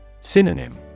Synonym